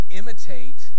imitate